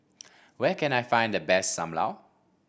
where can I find the best Sam Lau